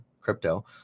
crypto